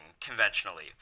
conventionally